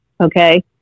Okay